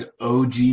OG